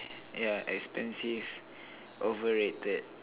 yeah expensive overrated